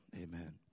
Amen